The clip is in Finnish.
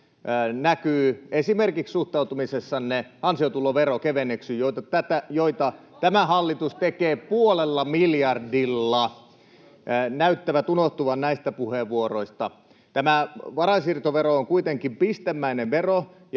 näkyy esimerkiksi suhtautumisessanne ansiotuloverokevennyksiin, [Eveliina Heinäluoman välihuuto] joita tämä hallitus tekee puolella miljardilla. Ne näyttävät unohtuvan näistä puheenvuoroista. Tämä varainsiirtovero on kuitenkin pistemäinen vero.